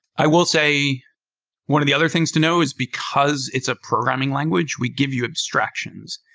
i will say one of the other things to know is because it's a programming language, we give you abstractions.